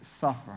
suffer